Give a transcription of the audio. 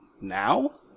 now